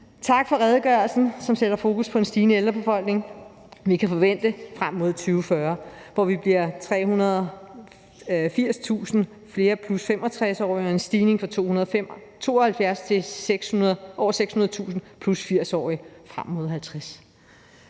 Tak for redegørelsen, som sætter fokus på en stigende ældrebefolkning, vi kan forvente frem mod 2040, hvor vi bliver 380.000 flere +65-årige, og der er en stigning fra 272.000 til over 600.000 af +80-årige frem mod 2050